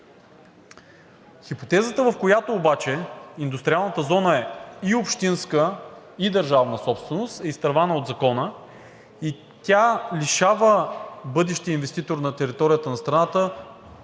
Хипотезата, в която обаче индустриалната зона е и общинска, и държавна собственост, е изтървана от Закона. Тя лишава бъдещия инвеститор на територията на страната